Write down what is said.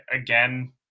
again